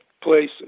places